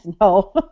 no